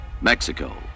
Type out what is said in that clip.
Mexico